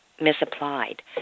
misapplied